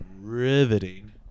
riveting